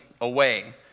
away